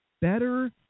better